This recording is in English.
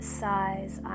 size